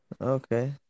Okay